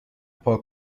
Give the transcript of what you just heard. پاک